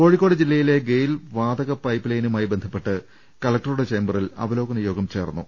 കോഴിക്കോട് ജില്ലയിലെ ഗെയിൽ വാതക pipe line മായി ബന്ധപ്പെട്ട് കലക്ടറുടെ ചേംബറിൽ അവലോകന യോഗം ചേർന്നു